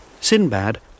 Sinbad